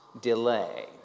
delay